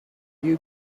you